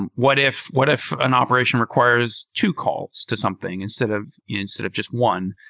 and what if what if an operation requires two calls to something instead of instead of just one?